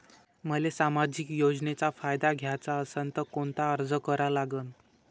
मले सामाजिक योजनेचा फायदा घ्याचा असन त कोनता अर्ज करा लागन?